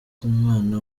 nk’umwana